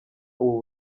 ubu